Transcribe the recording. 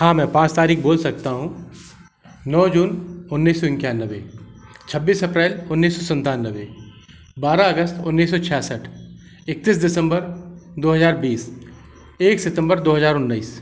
हाँ मैं पाँच तारीख बोल सकता हूँ नौ जून उन्नीस सौ इक्यानवे छब्बीस अप्रैल उन्नीस सौ संतानवे बारह अगस्त उन्नीस सौ छियासठ इकत्तीस दिसम्बर दो हज़ार बीस एक सितम्बर दो हजार उन्नीस